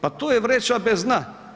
Pa to je vreća bez dna.